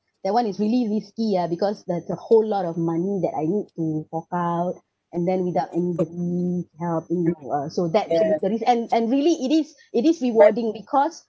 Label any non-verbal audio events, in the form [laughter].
that [one] is really risky ya because there's a whole lot of money that I need to fork out and then without anybody's help you know oh uh so that actually took a risk and and really it is [breath] it is rewarding because